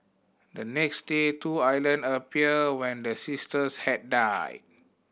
the next day two island appeared when the sisters had died